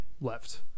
left